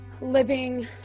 living